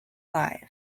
live